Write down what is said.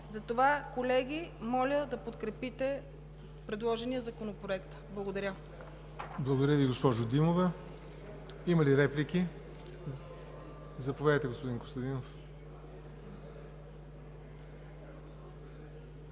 Затова, колеги, моля да подкрепите предложения законопроект. Благодаря. ПРЕДСЕДАТЕЛ ЯВОР НОТЕВ: Благодаря Ви, госпожо Димова. Има ли реплики? Заповядайте, господин Костадинов.